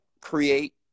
create